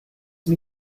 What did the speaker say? sie